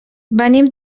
venim